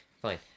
fine